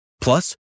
Plus